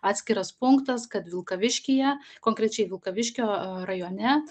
atskiras punktas kad vilkaviškyje konkrečiai vilkaviškio rajone